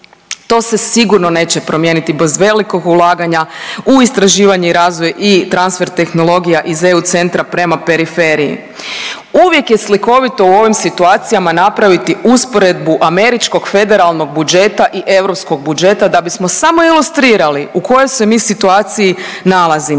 To se sigurno neće promijeniti bez velikog ulaganja u istraživanje i razvoj i transfer tehnologija iz EU centra prema periferiji. Uvijek je slikovito u ovim situacijama napraviti usporedbu američkog federalnog budžeta i europskog budžeta da bismo samo ilustrirali u kojoj se mi situaciji nalazimo.